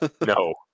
No